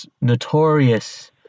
notorious